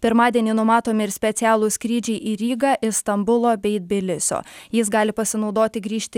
pirmadienį numatomi ir specialūs skrydžiai į rygą iš stambulo bei tbilisio jais gali pasinaudoti grįžti